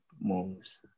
moves